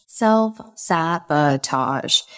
self-sabotage